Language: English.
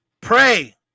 pray